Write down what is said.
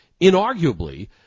inarguably